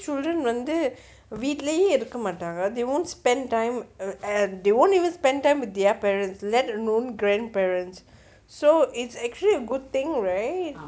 children வந்து வீட்டுலே இருக்க மாட்டாங்க:vanthu veethule irukka maatangga they won't spend time err they won't even spend time with their parents let alone grandparents so it's actually a good thing right